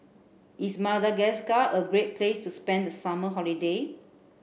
is Madagascar a great place to spend the summer holiday